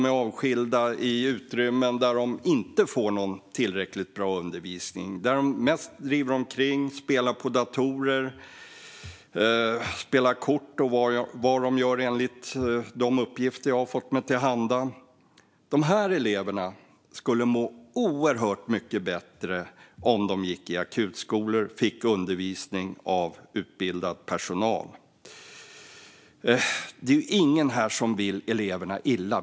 De är avskilda i utrymmen där de inte får tillräckligt bra undervisning och där de mest driver omkring, spelar på datorer och spelar kort. Det är vad de gör enligt de uppgifter jag fått mig till handa. De här eleverna skulle må oerhört mycket bättre om de gick i akutskola och fick undervisning av utbildad personal. Det är ju ingen här som vill eleverna illa.